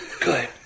good